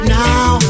now